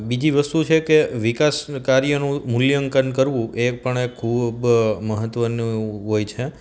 બીજી વસ્તુ છે કે વિકાસ કાર્યનું મૂલ્યાંકન કરવું એ પણ એક ખૂબ મહત્ત્વનું હોય છે